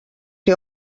que